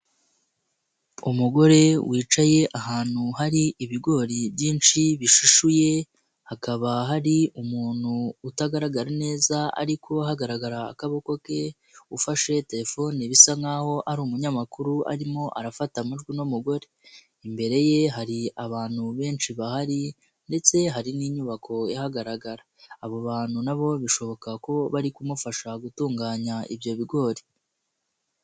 Umugore wicaye ahantu hari ibigori byinshi bishishuye hakaba hari umuntu utagaragara neza ari ko hagaragara akaboko ke ufashe telefone bisa nkaho ari umunyamakuru arimo arafata amajwi uno mugore, imbere ye hari abantu benshi bahari ndetse hari n'inyubako ihagaragara, abo bantu na bo bishoboka ko bari kumufasha gutunganya ibyo bigori.